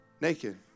naked